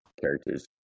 characters